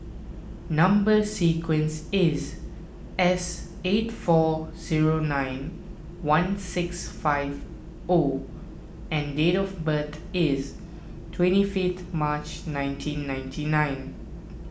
Number Sequence is S eight four zero nine one six five O and date of birth is twenty fifth March nineteen ninety nine